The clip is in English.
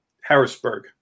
Harrisburg